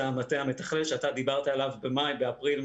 המטה המתכלל שאתה דיברת עליו באפריל-מאי,